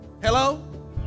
Hello